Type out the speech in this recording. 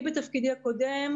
אני בתפקידי הקודם,